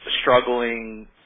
struggling